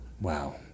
Wow